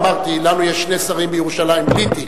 אמרתי שלנו יש שני שרים מירושלים בלי תיק,